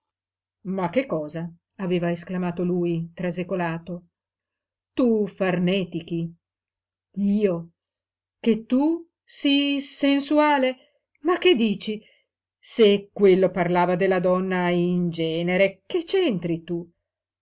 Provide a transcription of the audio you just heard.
ma che cosa aveva esclamato lui trasecolato tu farnetichi io che tu sii sensuale ma che dici se quello parlava della donna in genere che c'entri tu